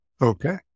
Okay